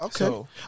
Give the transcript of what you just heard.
Okay